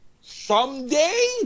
someday